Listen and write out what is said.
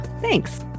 Thanks